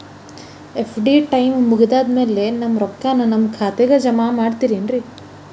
FD time ಮುಗಿದಾದ್ ಮ್ಯಾಲೆ ನಮ್ ರೊಕ್ಕಾನ ನಮ್ ಖಾತೆಗೆ ಜಮಾ ಮಾಡ್ತೇರೆನ್ರಿ?